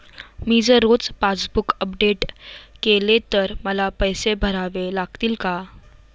मी जर रोज passbook update केले तर मला पैसे भरावे लागतील का?